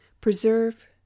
preserve